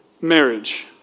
Marriage